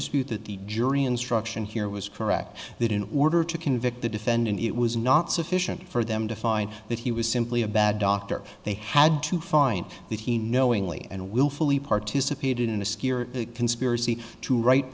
dispute that the jury instruction here was correct that in order to convict the defendant it was not sufficient for them to find that he was simply a bad doctor they had to find that he knowingly and willfully participated in a secure conspiracy to write